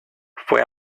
fue